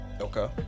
Okay